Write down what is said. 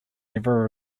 never